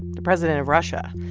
the president of russia.